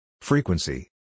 Frequency